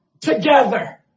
together